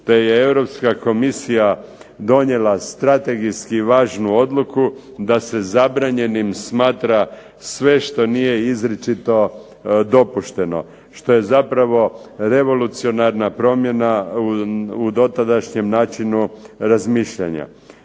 te je Europska komisija donijela strategijski važnu odluku da se zabranjenim smatra sve što nije izričito dopušteno što je zapravo revolucionarna promjena u dotadašnjem načinu razmišljanja.